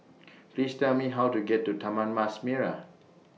Please Tell Me How to get to Taman Mas Merah